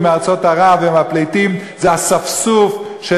מארצות ערב והפליטים זה אספסוף של,